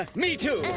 ah me too.